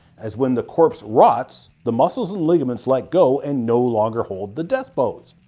as when the corpse rots, the muscles and ligaments let go and no longer hold the death pose.